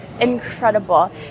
incredible